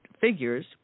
figures